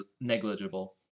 negligible